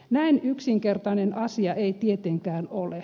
näin yksinkertainen asia ei tietenkään ole